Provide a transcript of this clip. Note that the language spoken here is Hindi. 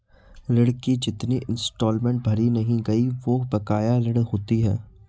ऋण की जितनी इंस्टॉलमेंट भरी नहीं गयी वो बकाया ऋण होती है